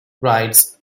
rides